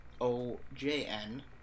O-J-N